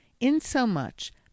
insomuch